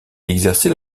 exerçait